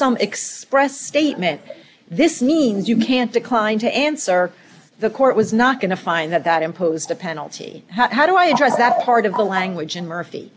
some express statement this means you can't decline to answer the court was not going to find that that imposed a penalty how do i address that part of the language in murphy